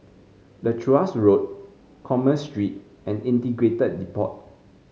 Leuchars Road Commerce Street and Integrated Depot